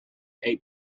eight